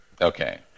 Okay